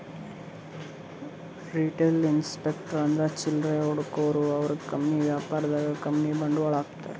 retail investors ಅಂದ್ರ ಚಿಲ್ಲರೆ ಹೂಡಿಕೆದಾರು ಇವ್ರು ಕಮ್ಮಿ ವ್ಯಾಪಾರದಾಗ್ ಕಮ್ಮಿ ಬಂಡವಾಳ್ ಹಾಕ್ತಾರ್